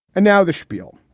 and now the spiel.